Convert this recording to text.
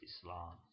Islam